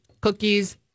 cookies